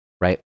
right